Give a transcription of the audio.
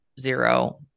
zero